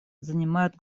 занимают